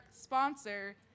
sponsor